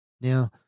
Now